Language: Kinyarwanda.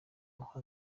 uha